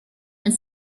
and